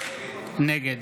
נגד